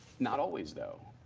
not always, though.